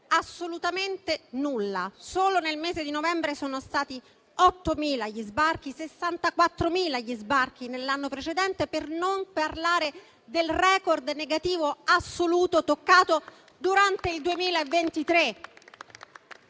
assolutamente nulla. Solo nel mese di novembre sono stati 8.000 gli sbarchi, 64.000 gli sbarchi nell'anno precedente, per non parlare del *record* negativo assoluto toccato durante il 2023.